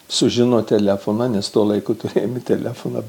sužino telefoną nes to laiku turėjom ir telefoną